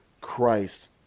Christ